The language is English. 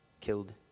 killed